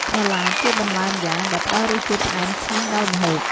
ត្រឡាចជាបន្លែម្យ៉ាងដែលផ្ដល់រសជាតិផ្អែមឆ្ងាញ់ដល់ម្ហូប។